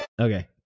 Okay